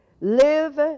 live